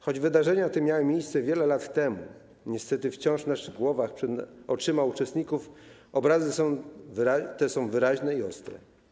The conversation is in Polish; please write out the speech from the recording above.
Choć wydarzenia te miały miejsce wiele lat temu, niestety wciąż w naszych głowach - oczyma uczestników - obrazy te są wyraźne i ostre.